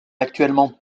actuellement